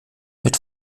mit